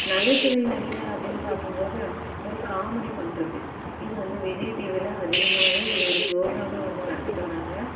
நகைச்சுவை நடிகர் அப்படின்னு பார்க்கும்போது ஒரு காமெடி பண்ணுறது இது வந்து விஜய் டிவியில அதிகமாவே இதை ஒரு ப்ரோகிராமாக வந்து நடத்திகிட்டு வராங்க